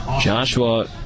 Joshua